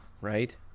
right